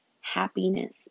happiness